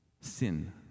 Sin